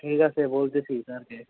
ঠিক আছে বলতেসি স্যারকে